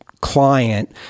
client